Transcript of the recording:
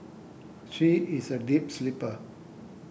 she is a deep sleeper